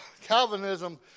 Calvinism